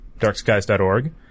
darkskies.org